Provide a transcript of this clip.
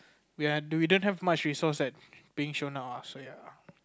we are we don't have much resource being shown out so ya